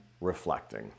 reflecting